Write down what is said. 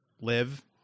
live